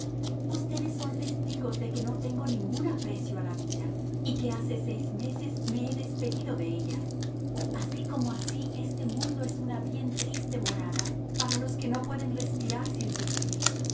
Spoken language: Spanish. ustedes son testigos de que no tengo ningún aprecio a la vida y que hace seis meses me he despedido de ella así como así este mundo es una bien triste morada para los que no pueden respirar sin sufrir